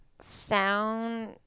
sound